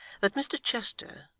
that mr chester,